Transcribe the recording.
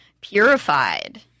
purified